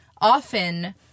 often